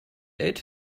ate